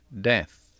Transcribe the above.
death